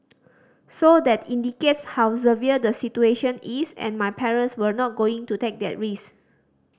so that indicates how severe the situation is and my parents were not going to take that risk